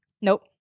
nope